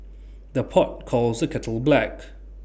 the pot calls the kettle black